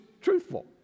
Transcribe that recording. truthful